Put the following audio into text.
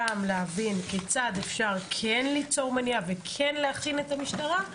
גם להבין כיצד אפשר כן ליצור מניע וכן להכין את המשטרה,